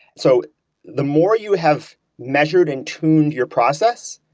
so the more you have measured and tuned your process,